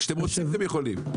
כשאתם רוצים אתם יכולים.